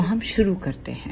तो हम शुरू करते हैं